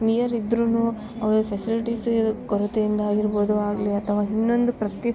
near ಇದ್ರು ಅವ್ರ facilities ಇದು ಕೊರತೆಯಿಂದಾಗಿರ್ಬೌದು ಆಗಲೇ ಅಥವ ಇನ್ನೊಂದು ಪ್ರತೀ